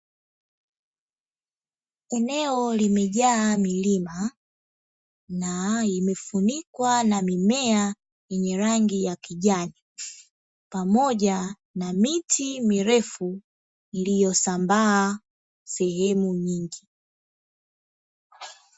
Eneo limejaa milima na imefunikwa na mimea yenye rangi ya kijani, pamoja na miti mirefu iliyosambaa sehemu nyingi.